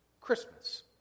Christmas